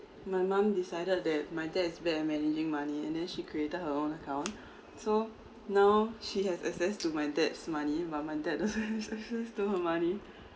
my mom decided that my dad is bad at managing money and then she created her own account so now she has access to my dad's money but my dad doesn't have access to her money